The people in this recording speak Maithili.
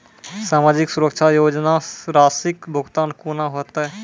समाजिक सुरक्षा योजना राशिक भुगतान कूना हेतै?